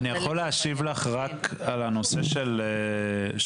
אני יכול להשיב לך רק על הנושא של מה